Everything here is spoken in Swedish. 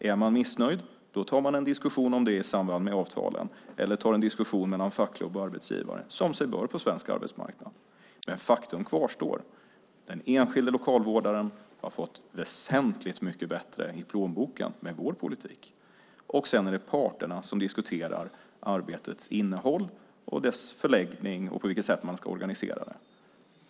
Är man missnöjd tar man en diskussion om det i samband med avtalen eller tar en diskussion mellan fack och arbetsgivare, som sig bör på svensk arbetsmarknad. Faktum kvarstår: Den enskilde lokalvårdaren har fått väsentligt mycket mer i plånboken med vår politik. Sedan är det parterna som diskuterar arbetets innehåll, dess förläggning och på vilket sätt man ska organisera det.